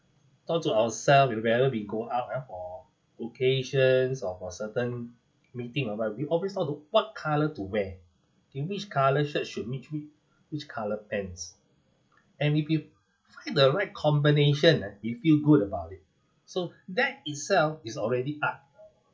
talk to ourself you know whenever we go out ah for occasions or for certain meeting or what we always thought to what colour to wear okay which colour shirt should mix which colour pants and if you find the right combination ah we feel good about it so that itself is already art